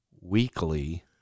weekly